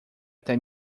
até